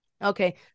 okay